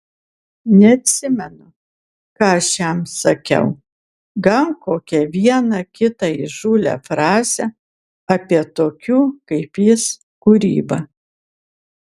neatsimenu ką aš jam sakiau gal kokią vieną kitą įžūlią frazę apie tokių kaip jis kūrybą